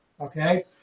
Okay